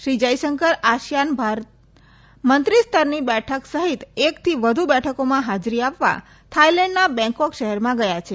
Shri Jaishankar ASEAN Bharat મંત્રી સ્તરની બેઠક સહિત એકથી વધુ બેઠકોમાં હાજરી આપવા થાઈલેન્ડના બેંગકોક શહેરમાં ગયા છે